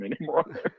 anymore